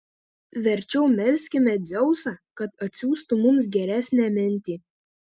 verčiau melskime dzeusą kad atsiųstų mums geresnę mintį